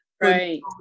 Right